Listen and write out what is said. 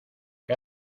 qué